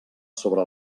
sobre